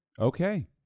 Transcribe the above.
okay